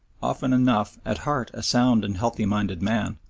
often enough, at heart a sound and healthy-minded man,